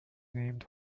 named